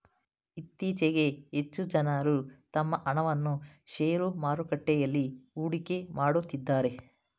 ಇತ್ತೀಚೆಗೆ ಹೆಚ್ಚು ಜನರು ತಮ್ಮ ಹಣವನ್ನು ಶೇರು ಮಾರುಕಟ್ಟೆಯಲ್ಲಿ ಹೂಡಿಕೆ ಮಾಡುತ್ತಿದ್ದಾರೆ